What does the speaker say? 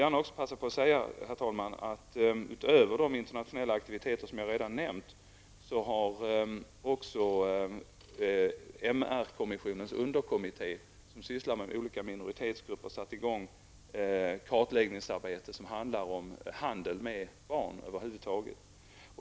Jag vill också passa på att säga att utöver de internationella aktiviteter som jag redan har nämnt har också underkommittén till kommissionen för de mänskliga rättigheterna, som sysslar med olika minoritetsgrupper, satt i gång ett kartläggningsarbete som handlar om handel med barn över huvud taget.